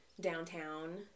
downtown